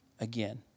again